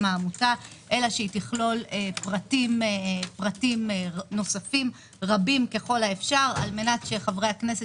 העמותה אלא שתכלול פרטים נוספים רבים ככל האפשר על מנת שחברי הכנסת